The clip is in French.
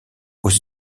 aux